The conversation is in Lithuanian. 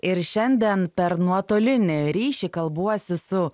ir šiandien per nuotolinį ryšį kalbuosi su